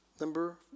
Number